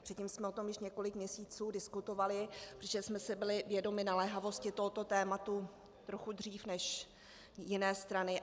Předtím jsme o tom již několik měsíců diskutovali, přičemž jsme si byli vědomi naléhavosti tohoto tématu trochu dřív než jiné strany.